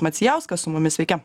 macijauskas su mumis sveiki